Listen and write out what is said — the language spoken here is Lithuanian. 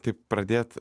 taip pradėt